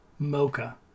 Mocha